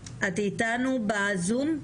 את איתנו בזום.